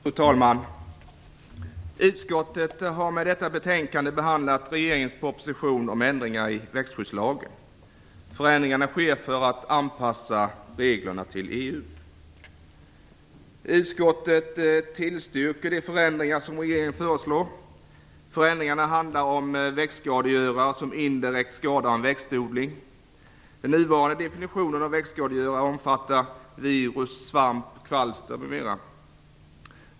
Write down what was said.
Fru talman! Utskottet har i detta betänkande behandlat regeringens proposition om ändringar i växtskyddslagen. Förändringarna skall ske som en anpassning till reglerna inom EU. Utskottet tillstyrker de förändringar som regeringen föreslår. Förändringarna handlar om växtskadegörare som indirekt skadar en växtodling. Den nuvarande definitionen av växtskadegörare omfattar virus, svamp, kvalster m.m.